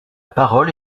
parole